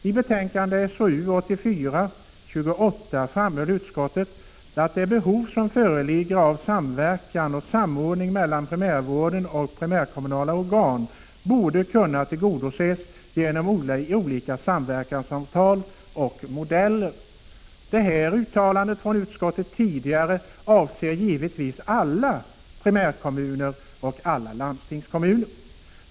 I betänkande SoU 1984/85:28 framhöll utskottet att det behov som föreligger av samverkan och samordning mellan primärvården och primärkommunala organ borde kunna tillgodoses genom olika samverkansavtal och modeller.” Utskottsmajoritetens tidigare uttalande avser givetvis alla primärkommuner och alla landstingskommuner.